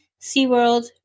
SeaWorld